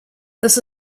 this